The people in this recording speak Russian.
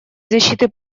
защиты